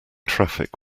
traffic